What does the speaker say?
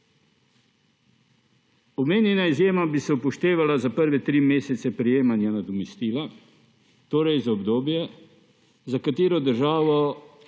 Omenjena izjema bi se upoštevala za prve tri mesece prejemanja nadomestila, torej za obdobje, za katero država